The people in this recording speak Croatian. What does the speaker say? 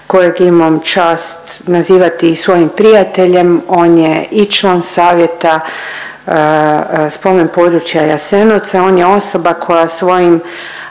kojeg imam čast nazivati svojim prijateljem, on je i član Savjeta Spomen područja Jasenovca, on je osoba koja svojim